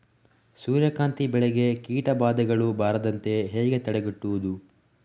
ಸೂರ್ಯಕಾಂತಿ ಬೆಳೆಗೆ ಕೀಟಬಾಧೆಗಳು ಬಾರದಂತೆ ಹೇಗೆ ತಡೆಗಟ್ಟುವುದು?